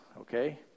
okay